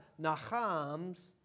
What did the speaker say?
nachams